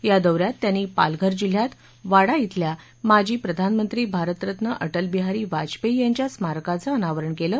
या दौऱ्यात त्यांनी पालघर जिल्ह्यात वाडा श्विल्या माजी प्रधानमंत्री भारतरत्न अटलबिहारी वाजपेयी यांच्या स्मारकाचं अनावरण केलं